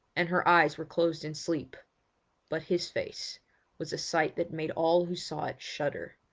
and her eyes were closed in sleep but his face was a sight that made all who saw it shudder,